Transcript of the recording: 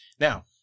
Now